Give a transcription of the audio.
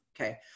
Okay